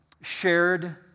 Shared